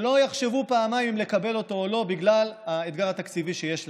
שלא יחשבו פעמיים אם לקבל אותו לא בגלל האתגר התקציבי שיש להם,